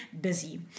busy